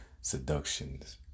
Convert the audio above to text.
seductions